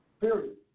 period